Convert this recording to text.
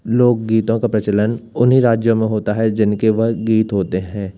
लोक गीतों का प्रचलन उन्हीं राज्यों में होता है जिनके वह गीत होते हैं